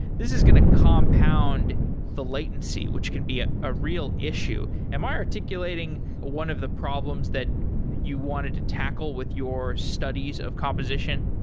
this is going to compound the latency which can be a ah real issue. am i articulating one of the problems that you wanted to tackle with your studies of composition?